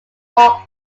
walk